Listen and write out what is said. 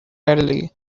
readily